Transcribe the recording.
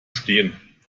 stehen